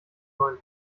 neuen